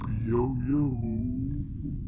yo-yo